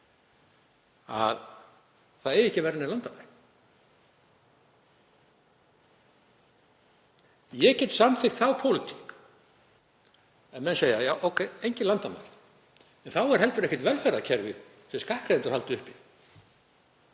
að það eigi ekki að vera nein landamæri. Ég get samþykkt þá pólitík ef menn segja: Já, ókei, engin landamæri. En þá er heldur ekkert velferðarkerfi sem skattgreiðendur halda uppi.